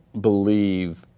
believe